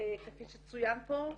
כפי שצוין פה.